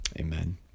Amen